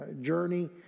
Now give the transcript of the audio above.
journey